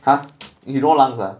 !huh! you no lungs ah